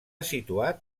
situat